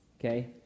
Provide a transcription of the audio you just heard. Okay